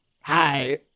Hi